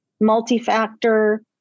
multi-factor